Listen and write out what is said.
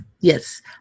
Yes